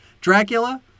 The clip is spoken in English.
Dracula